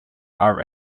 are